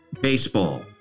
BASEBALL